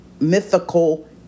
mythical